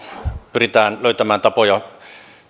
pyritään löytämään tapoja